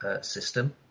system